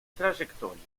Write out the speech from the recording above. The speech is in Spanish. trayectoria